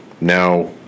now